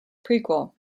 prequel